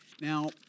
Now